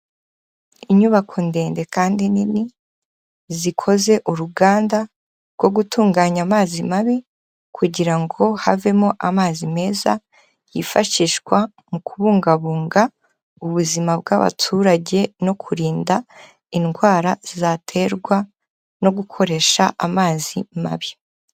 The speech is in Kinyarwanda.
Inyubako ndende kandi nini, zikoze uruganda rwo gutunganya amazi mabi kugira ngo havemo amazi meza, yifashishwa mu kubungabunga ubuzima bw'abaturage no kurinda indwara zaterwa no gukoresha amazi mabi.